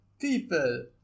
People